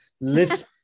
list